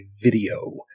video